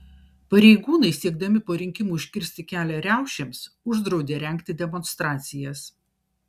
pareigūnai siekdami po rinkimų užkirsti kelią riaušėms uždraudė rengti demonstracijas